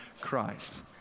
Christ